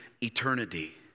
eternity